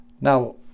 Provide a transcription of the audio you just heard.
Now